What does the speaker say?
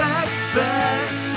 expect